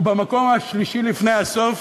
ובמקום השלישי לפני הסוף